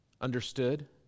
understood